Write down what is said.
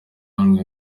ahamwe